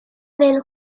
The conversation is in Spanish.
del